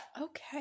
Okay